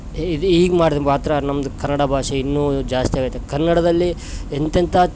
ಇದು ಹೀಗೆ ಮಾಡಿದರೆ ಮಾತ್ರ ನಮ್ದು ಕನ್ನಡ ಭಾಷೆ ಇನ್ನೂ ಜಾಸ್ತಿ ಆಗತ್ತೆ ಕನ್ನಡದಲ್ಲಿ ಎಂತೆಂಥ